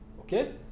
Okay